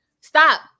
Stop